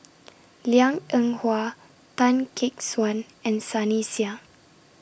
Liang Eng Hwa Tan Gek Suan and Sunny Sia